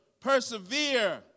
persevere